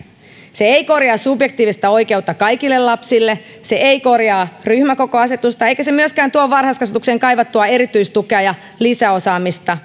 se ei korjaa subjektiivista oikeutta kaikille lapsille se ei korjaa ryhmäkokoasetusta eikä se myöskään tuo varhaiskasvatukseen kaivattua erityistukea ja lisäosaamista